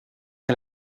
que